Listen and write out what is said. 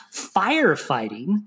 Firefighting